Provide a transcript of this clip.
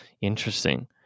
Interesting